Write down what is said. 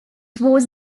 was